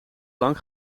lang